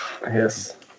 Yes